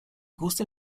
gusta